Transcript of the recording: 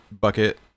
Bucket